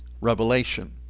revelation